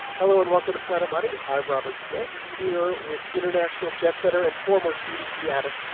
hello, and welcome to planet money. i'm robert smith here with international jetsetter and former duty-free addict,